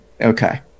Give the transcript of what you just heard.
Okay